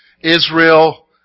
Israel